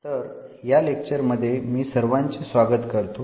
तर या लेक्चर मध्ये मी सर्वांचे स्वागत करतो